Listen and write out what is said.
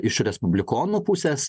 iš respublikonų pusės